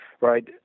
right